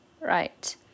right